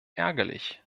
ärgerlich